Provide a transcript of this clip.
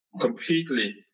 completely